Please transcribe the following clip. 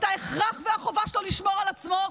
את ההכרח והחובה שלו לשמור על עצמו,